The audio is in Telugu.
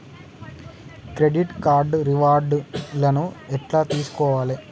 క్రెడిట్ కార్డు రివార్డ్ లను ఎట్ల తెలుసుకోవాలే?